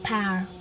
Power